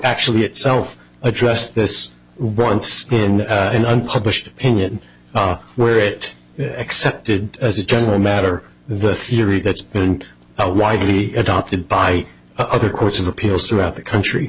actually itself addressed this once and in unpublished opinion where it accepted as a general matter the theory that's been out widely adopted by other courts of appeals throughout the country